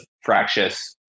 fractious